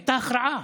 הייתה הכרעה.